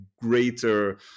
greater